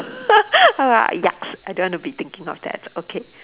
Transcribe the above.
yucks I don't want to be thinking of that okay